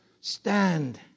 stand